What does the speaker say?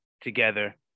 together